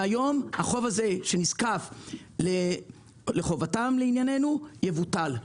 החוב שנזקף לחובתם, לענייננו, יבוטל.